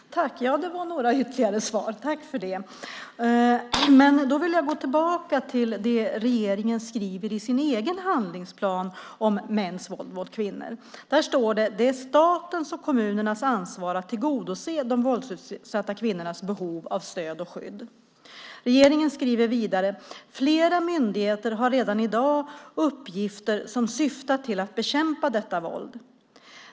Herr talman! Ja, det var några ytterligare svar. Tack för det! Jag vill då gå tillbaka till det regeringen skriver i sin egen handlingsplan om mäns våld mot kvinnor. Där står det: Det är statens och kommunernas ansvar att tillgodose de våldsutsatta kvinnornas behov av stöd och skydd. Regeringen skriver vidare: "Flera myndigheter har redan i dag uppgifter som syftar till att bekämpa detta våld.